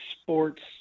sports